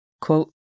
quote